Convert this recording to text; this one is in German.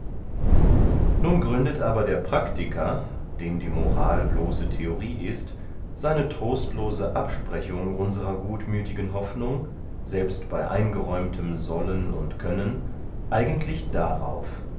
nun gründet aber der praktiker dem die moral bloße theorie ist seine trostlose absprechung unserer gutmüthigen hoffnung selbst bey eingeräumtem sollen und können eigentlich darauf